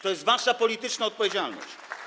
To jest wasza polityczna odpowiedzialność.